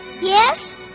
Yes